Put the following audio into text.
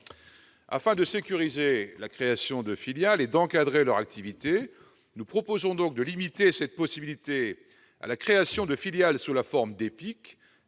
Afin de sécuriser la création de filiales et d'encadrer leur activité, nous proposons donc de limiter cette possibilité à la création de filiales sous la forme d'EPIC,